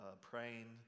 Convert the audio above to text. praying